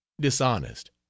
dishonest